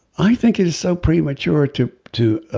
i think is so premature to to